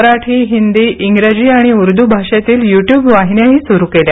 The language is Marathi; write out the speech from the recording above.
मराठी हिंदी इंग्रजी आणि उर्दू भाषेतील यू ट्युब वाहिन्या सुरू केल्या